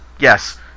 yes